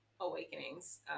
awakenings